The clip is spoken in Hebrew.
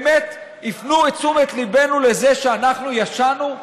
באמת הפנו את תשומת ליבנו לזה שאנחנו ישנו,